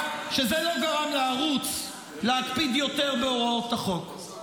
רק שזה לא גרם לערוץ להקפיד יותר בהוראות החוק.